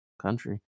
country